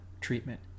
treatment